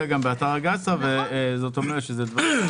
גייד סטאר כולל את כל המידע.